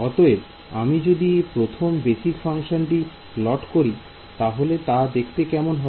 অতএব আমি যদি প্রথম বেসিক ফাংশনটি প্লট করি তাহলে তা দেখতে কেমন হবে